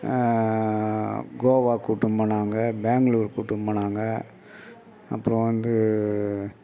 கோவா கூட்டின்னு போனாங்க பெங்களூர் கூட்டின்னு போனாங்க அப்புறம் வந்து